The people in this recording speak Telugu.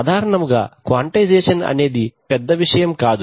సాధారణముగా క్వాంటైజేషన్ అనేది పెద్ద విషయం కాదు